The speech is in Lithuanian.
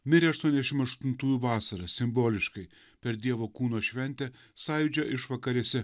mirė aštuoniasdešim aštuntųjų vasarą simboliškai per dievo kūno šventę sąjūdžio išvakarėse